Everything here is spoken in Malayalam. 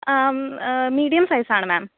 മീഡിയം സൈസാണ് മാം